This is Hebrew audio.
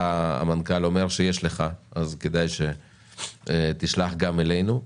שהמנכ"ל אומר שיש לו, אז כדאי שתשלח גם אלינו.